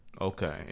okay